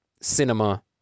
cinema